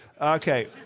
Okay